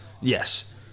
yes